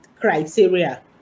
criteria